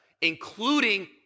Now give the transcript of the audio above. including